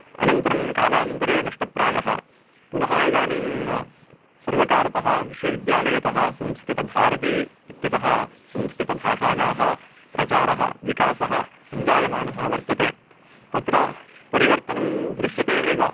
अनन्तरं कालान्तरे नष्टप्रायः पुनः इदानीं सर्वकारतः विश्वविद्यालयतः संस्कृतभारती इत्यतः संस्कृतभाषायाः प्रचारः विकासः सञ्जायमानः वर्तते तत्र परिवर्तनं दृश्यते एव